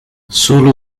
solo